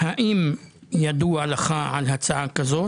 האם ידוע לך על הצעה כזו?